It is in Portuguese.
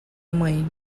mãe